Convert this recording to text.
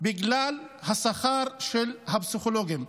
בגלל השכר של הפסיכולוגים.